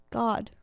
god